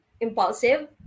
impulsive